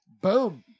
Boom